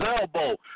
elbow